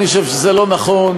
אני חושב שזה לא נכון,